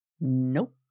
Nope